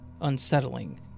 unsettling